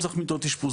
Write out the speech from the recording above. צריך מיטות אשפוז,